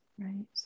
Right